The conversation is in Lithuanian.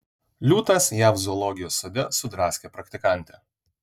liūtas jav zoologijos sode sudraskė praktikantę